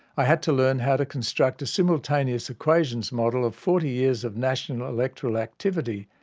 i had to learn how to construct a simultaneous equations model of forty years of national electoral activity.